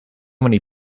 many